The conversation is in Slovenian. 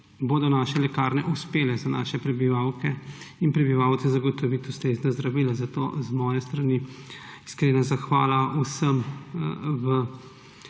bodo naše lekarne uspele za naše prebivalke in prebivalce zagotoviti ustrezna zdravila. Zato z moje strani iskrena zahvala vsem v